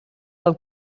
del